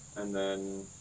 and then